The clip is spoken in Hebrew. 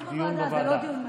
דיון בוועדה, זה לא דיון מהיר.